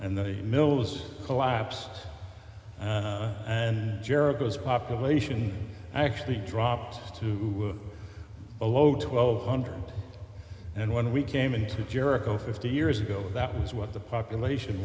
and the mills collapse and geragos population actually dropped to below twelve hundred and when we came into jericho fifty years ago that was what the population